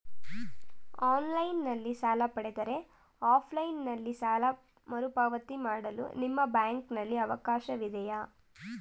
Online ನಲ್ಲಿ ಸಾಲ ಪಡೆದರೆ ಆಫ್ಲೈನ್ ನಲ್ಲಿ ಸಾಲ ಮರುಪಾವತಿ ಮಾಡಲು ನಿಮ್ಮ ಬ್ಯಾಂಕಿನಲ್ಲಿ ಅವಕಾಶವಿದೆಯಾ?